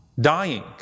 dying